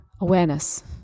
awareness